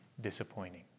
disappointing